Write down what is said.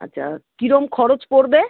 আচ্ছা কীরম খরচ পড়বে